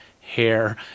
hair